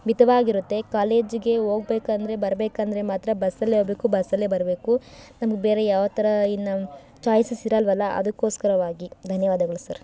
ಮಿತವಾಗಿರತ್ತೆ ಕಾಲೇಜಿಗೆ ಹೋಗಬೇಕಂದ್ರೆ ಬರಬೇಕಂದ್ರೆ ಮಾತ್ರ ಬಸ್ಸಲ್ಲೇ ಹೋಗ್ಬೇಕು ಬಸ್ಸಲ್ಲೇ ಬರಬೇಕು ನಮಗೆ ಬೇರೆ ಯಾವ ಥರ ಇನ್ನು ಚಾಯ್ಸಸ್ ಇರೋಲ್ವಲ್ಲ ಅದಕ್ಕೋಸ್ಕರವಾಗಿ ಧನ್ಯವಾದಗಳು ಸರ್